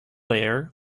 layer